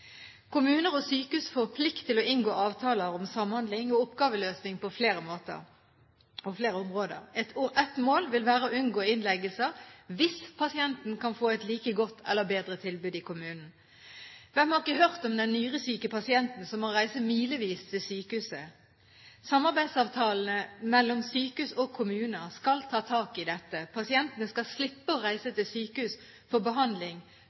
Kommuner og sykehus får plikt til å inngå avtale om samhandling og oppgaveløsning på flere områder. Et mål vil være å unngå innleggelser hvis pasienten kan få et like godt eller bedre tilbud i kommunen. Hvem har ikke hørt om den nyresyke pasienten som må reise milevis til sykehuset? Samarbeidsavtalene mellom sykehus og kommuner skal ta tak i dette. Pasientene skal slippe å reise til sykehus for behandling